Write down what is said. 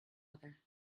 other